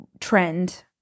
trend